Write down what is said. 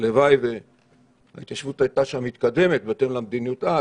הלוואי שההתיישבות הייתה שם מתקדמת בהתאם למדיניות אז.